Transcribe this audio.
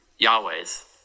Yahwehs